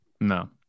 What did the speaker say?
No